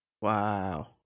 Wow